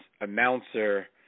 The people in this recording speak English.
announcer